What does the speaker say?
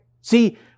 See